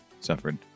suffered